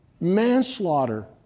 manslaughter